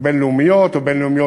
בין-לאומיות או בין-לאומיות